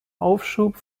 aufschub